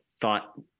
thought